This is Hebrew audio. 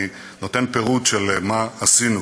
אני נותן פירוט של מה עשינו,